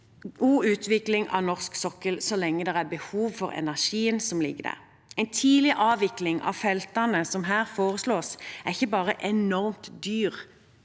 god utvikling av norsk sokkel så lenge det er behov for energien som ligger der. En tidlig avvikling av feltene, som her foreslås, er ikke bare enormt dyr